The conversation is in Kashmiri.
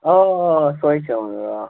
آ آ سۄے